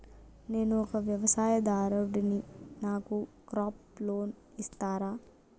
నేను ఒక వ్యవసాయదారుడిని నాకు క్రాప్ లోన్ ఇస్తారా?